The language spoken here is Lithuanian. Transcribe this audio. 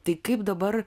tai kaip dabar